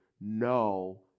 no